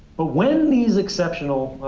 but when these exceptional ah,